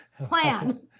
plan